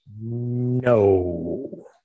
no